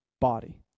body